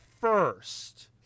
first